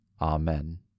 Amen